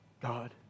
God